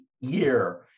year